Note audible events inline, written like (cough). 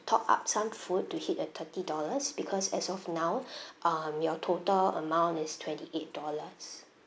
top up some food to hit at thirty dollars because as of now (breath) um you total amount is twenty eight dollars